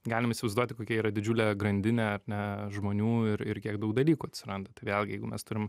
galim įsivaizduoti kokia yra didžiulė grandinė ar ne žmonių ir ir kiek daug dalykų atsiranda vėlgi jeigu mes turim